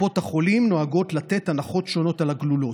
קופות החולים נוהגות לתת הנחות שונות על הגלולות.